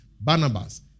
Barnabas